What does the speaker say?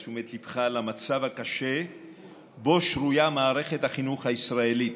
את תשומת ליבך למצב הקשה שבו שרויה מערכת החינוך הישראלית,